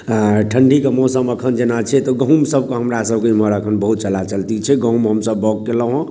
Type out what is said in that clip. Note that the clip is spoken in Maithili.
ठण्डी के मौसम अखन जेना छै तऽ गहूॅंम सभके हमरा सभके इमहर अखन बहुत चला चलती छै गहूॅंम हमसभ बाग केलहुॅं हँ